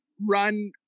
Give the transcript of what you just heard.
run